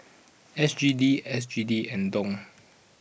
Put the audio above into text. S G D S G D and Dong